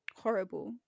horrible